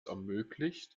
ermöglicht